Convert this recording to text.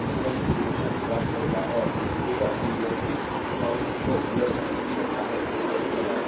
इस समस्या के लिए कि संतुलन इक्वेशन प्राप्त करेगा और देखेगा कि your किस कॉल को your आपूर्ति करता है मनाया गया